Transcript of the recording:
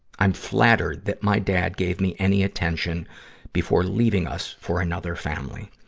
i'm flattered that my dad gave me any attention before leaving us for another family.